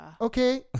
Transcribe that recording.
okay